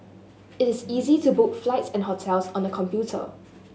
it is easy to book flights and hotels on the computer